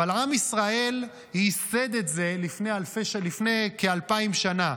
אבל עם ישראל ייסד את זה לפני כ-2,000 שנה.